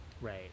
Right